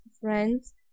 friends